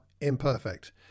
imperfect